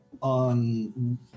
on